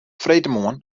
freedtemoarn